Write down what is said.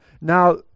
now